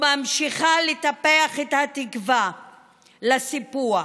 וממשיכה לטפח את התקווה לסיפוח.